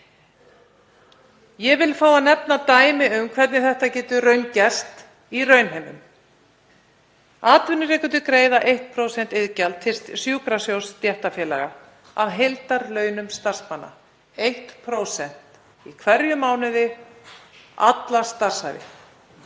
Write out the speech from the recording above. Ég vil fá að nefna dæmi um hvernig þetta getur raungerst í raunheimum. Atvinnurekendur greiða 1% iðgjald í sjúkrasjóði stéttarfélaga af heildarlaunum starfsmanna. 1% í hverjum mánuði, alla starfsævi.